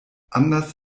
anders